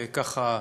ככה,